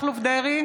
(קוראת בשמות חברי הכנסת) אריה מכלוף דרעי,